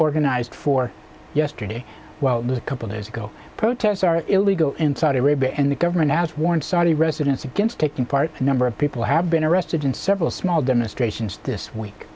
organized for yesterday while it was a couple days ago protests are illegal in saudi arabia and the government has warned saudi residents against taking part number of people have been arrested in several small demonstrations this week